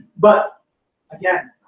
but again.